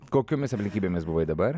kokiomis aplinkybėmis buvai dabar